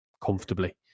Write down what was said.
comfortably